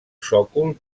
sòcol